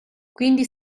quindi